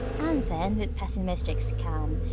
and then, with pessimistic scan,